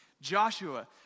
Joshua